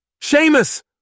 Seamus